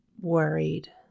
worried